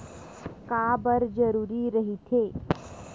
का बार जरूरी रहि थे?